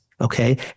okay